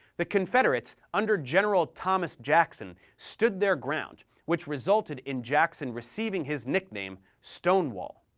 the confederates, under general thomas jackson, stood their ground, which resulted in jackson receiving his nickname, stonewall.